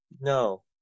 No